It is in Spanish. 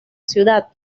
ciudad